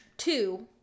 Two